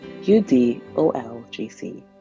UDOLGC